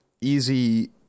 easy